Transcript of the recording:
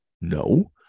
No